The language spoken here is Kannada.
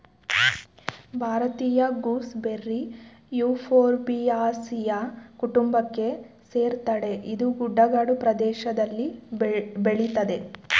ಭಾರತೀಯ ಗೂಸ್ ಬೆರ್ರಿ ಯುಫೋರ್ಬಿಯಾಸಿಯ ಕುಟುಂಬಕ್ಕೆ ಸೇರ್ತದೆ ಇದು ಗುಡ್ಡಗಾಡು ಪ್ರದೇಷ್ದಲ್ಲಿ ಬೆಳಿತದೆ